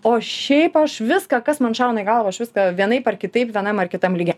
o šiaip aš viską kas man šauna į galvą aš viską vienaip ar kitaip vienam ar kitam lygy